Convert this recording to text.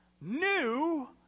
new